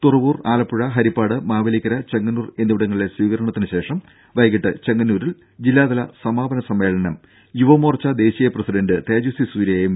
തുറവൂർ ആലപ്പുഴ ഹരിപ്പാട് മാവേലിക്കര ചെങ്ങന്നൂർ എന്നിവിടങ്ങളിലെ സ്വീകരണത്തിന് ശേഷം വൈകീട്ട് ചെങ്ങന്നൂരിൽ ജില്ലാതല സമാപന സമ്മേളനം യുവമോർച്ച ദേശീയ പ്രസിഡന്റ് തേജസ്വി സൂര്യ എം